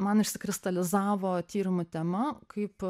man išsikristalizavo tyrimo tema kaip